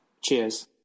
Cheers